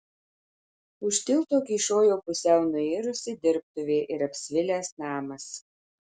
už tilto kyšojo pusiau nuirusi dirbtuvė ir apsvilęs namas